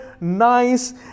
nice